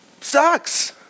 sucks